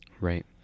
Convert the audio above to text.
right